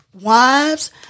Wives